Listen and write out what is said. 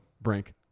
brink